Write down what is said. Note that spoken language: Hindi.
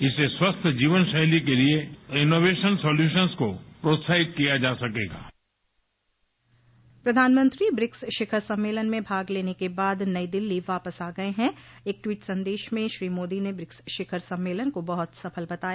इससे स्वस्थ जीवनशैली के लिए इनोवेशन सोल्यूशन्स को प्रोत्साहित किया जा सकेगा प्रधानमंत्री ब्रिक्स शिखर सम्मलन में भाग लेने के बाद नई दिल्ली वापस आ गये हैं एक ट्वोट संदेश में श्री मोदी ने ब्रिक्स शिखर सम्मेलन को बहुत सफल बताया